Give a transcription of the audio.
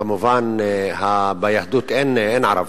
כמובן, ביהדות אין ערבים.